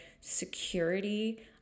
security